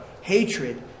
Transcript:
hatred